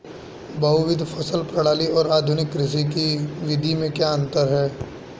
बहुविध फसल प्रणाली और आधुनिक कृषि की विधि में क्या अंतर है?